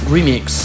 Remix